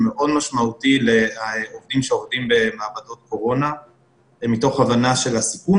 מאוד משמעותי לעובדים שעובדים במעבדות קורונה מתוך הבנה של הסיכון